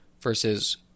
versus